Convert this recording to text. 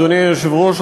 אדוני היושב-ראש,